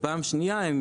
ופעם שניה,